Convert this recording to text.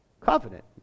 covenant